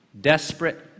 Desperate